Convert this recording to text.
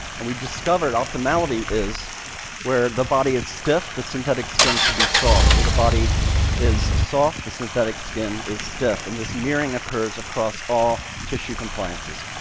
and we've discovered optimality is where the body is stiff, the synthetic skin should be soft, where the body is soft, the synthetic skin is stiff, and this mirroring occurs across all tissue compliances.